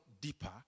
deeper